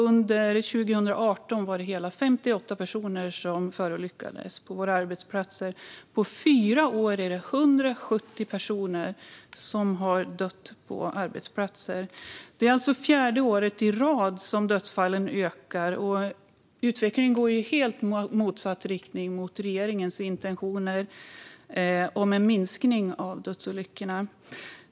Under 2018 var det hela 58 personer som förolyckades på våra arbetsplatser. På fyra år har 170 personer dött på arbetsplatser. Dödsfallen ökar alltså för fjärde året i rad. Utvecklingen går i helt motsatt riktning i förhållande till regeringens intentioner om en minskning av dödsolyckorna.